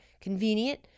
convenient